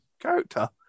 character